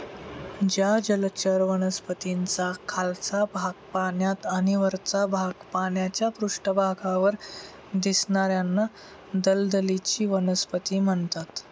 ज्या जलचर वनस्पतींचा खालचा भाग पाण्यात आणि वरचा भाग पाण्याच्या पृष्ठभागावर दिसणार्याना दलदलीची वनस्पती म्हणतात